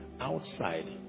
outside